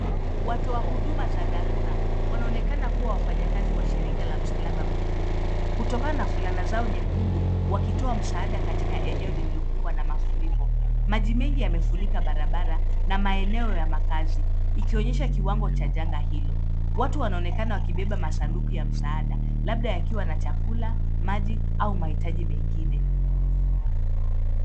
Watoa wa huduma za dharura wanaonekana kuwa wafanyakazi wa shirika la msalaba mwekundu kutokana na fulana zao nyekundu wakitoa msaada katika eneo lililokumbwa na mafuriko. Maji mengi yamefunika barabara na maeneo ya makazi ikionyesha kiwango cha janga hilo. Watu wanaonekana wakibeba masanduku ya msaada labda yakiwa na chakula, maji au mahitaji mengine.